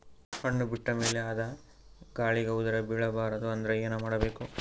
ಹಣ್ಣು ಬಿಟ್ಟ ಮೇಲೆ ಅದ ಗಾಳಿಗ ಉದರಿಬೀಳಬಾರದು ಅಂದ್ರ ಏನ ಮಾಡಬೇಕು?